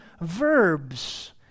verbs